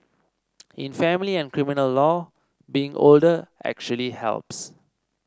in family and criminal law being older actually helps